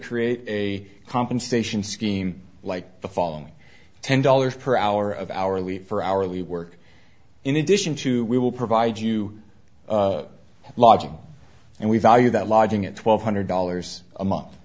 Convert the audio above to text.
create a compensation scheme like the following ten dollars per hour of our leave for hourly work in addition to we will provide you lodging and we value that lodging at twelve hundred dollars a month